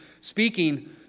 speaking